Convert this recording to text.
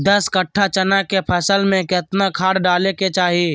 दस कट्ठा चना के फसल में कितना खाद डालें के चाहि?